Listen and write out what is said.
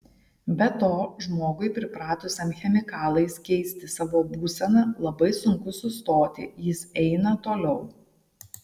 be to žmogui pripratusiam chemikalais keisti savo būseną labai sunku sustoti jis eina toliau